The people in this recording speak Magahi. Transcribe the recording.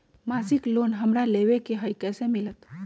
मासिक लोन हमरा लेवे के हई कैसे मिलत?